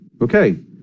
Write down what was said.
okay